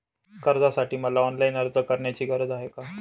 कर्जासाठी मला ऑनलाईन अर्ज करण्याची गरज आहे का?